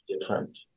different